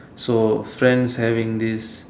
so friends having this